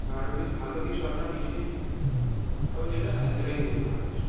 বারো পিস ভালো কিছু আপনার মিষ্টি হবে যেটা হ্যাঁ সেটাই দিয়ে দিন বারো পিস